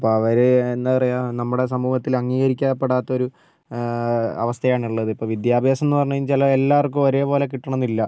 അപ്പോൾ അവർ എന്താണ് പറയുക നമ്മുടെ സമൂഹത്തിലെ അംഗീകരിക്കപ്പെടാത്തൊരു അവസ്ഥയാണുള്ളത് ഇപ്പോൾ വിദ്യാഭ്യാസം എന്ന് പറഞ്ഞു വെച്ചാൽ ചില എല്ലാവർക്കും ഒരേ പോലെ കിട്ടണം എന്നില്ല